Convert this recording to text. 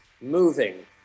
Moving